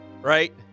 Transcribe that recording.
right